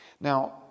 Now